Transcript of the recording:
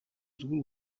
rw’u